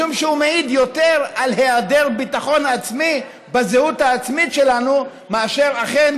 משום שהוא מעיד יותר על היעדר ביטחון עצמי בזהות העצמית שלנו מאשר אכן,